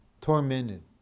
tormented